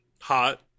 hot